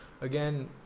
again